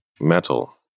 metal